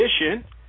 edition